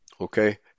Okay